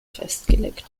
festgelegt